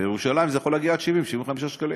בירושלים זה יכול להגיע עד 75-70 שקלים.